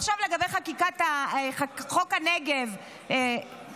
עכשיו, לגבי חוק הנגב, לימור,